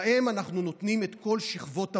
להם אנחנו נותנים את כל שכבות המגן.